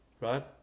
Right